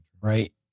right